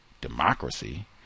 democracy